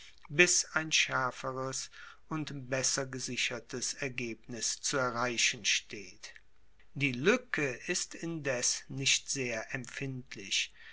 bis ein schaerferes und besser gesichertes ergebnis zu erreichen steht die luecke ist indes nicht sehr empfindlich